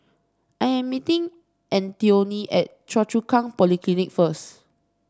I am meeting Antione at Choa Chu Kang Polyclinic first